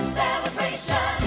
celebration